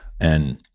And-